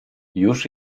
już